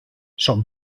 son